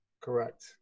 Correct